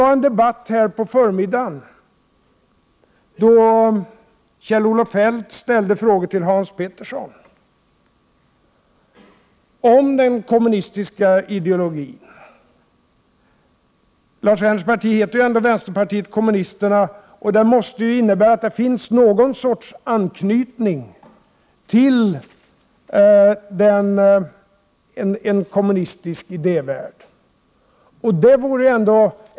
I debatten på förmiddagen ställde Kjell-Olof Feldt frågor till Hans Petersson om den kommunistiska ideologin. Lars Werners parti heter ju ändå vänsterpartiet kommunisterna, och det måste innebära att det finns någon sorts anknytning till en kommunistisk idévärld.